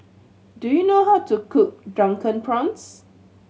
do you know how to cook Drunken Prawns